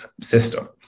system